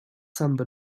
samba